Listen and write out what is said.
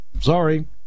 Sorry